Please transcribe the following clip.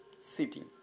city